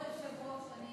כבוד היושב-ראש,